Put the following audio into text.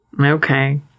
Okay